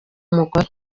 mugore